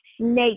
snake